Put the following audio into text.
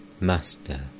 Master